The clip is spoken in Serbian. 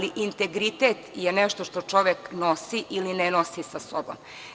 Integritet je nešto što čovek nosi ili ne nosi sa sobom.